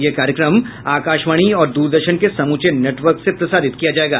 यह कार्यक्रम आकाशवाणी और द्रदर्शन के समूचे नेटवर्क से प्रसारित किया जाएगा